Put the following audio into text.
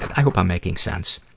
i hope i'm making sense.